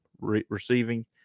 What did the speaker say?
receiving